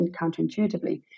counterintuitively